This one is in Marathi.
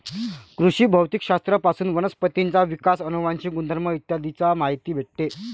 कृषी भौतिक शास्त्र पासून वनस्पतींचा विकास, अनुवांशिक गुणधर्म इ चा माहिती भेटते